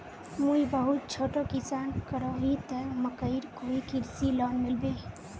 मुई बहुत छोटो किसान करोही ते मकईर कोई कृषि लोन मिलबे?